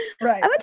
Right